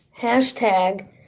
hashtag